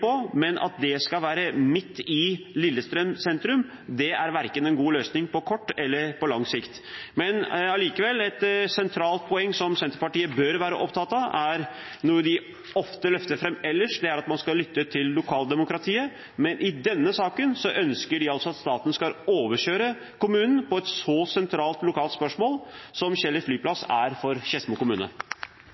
på. Men at det skal være midt i Lillestrøm sentrum, er ingen god løsning verken på kort eller på lang sikt. Likevel: Et sentralt poeng som Senterpartiet bør være opptatt av, er noe de ofte løfter fram ellers. Det er at man skal lytte til lokaldemokratiet. Men i denne saken ønsker de altså at staten skal overkjøre kommunen i et så sentralt lokalt spørsmål som Kjeller flyplass er for Skedsmo kommune.